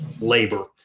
labor